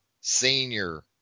senior